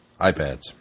iPads